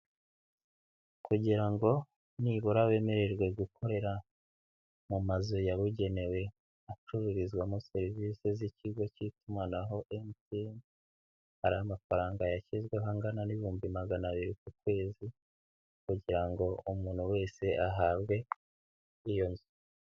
Kugira ngo nibura bemererwe gukorera mu mazu yabugenewe acururizwamo serivisi z'ikigo k'itumanaho MTN, hari amafaranga yashyizweho angana n' ibihumbi magana abiri ku kwezi, kugira ngo umuntu wese ahabwe iyo nzu.